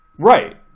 Right